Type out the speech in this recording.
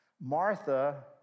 Martha